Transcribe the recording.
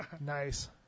Nice